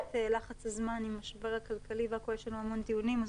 בלחץ הזמן עם המשבר הכלכלי והכל יש לנו המון דיונים,